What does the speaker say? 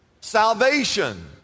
Salvation